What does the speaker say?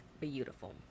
Beautiful